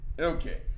Okay